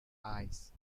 eyes